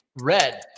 red